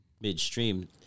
midstream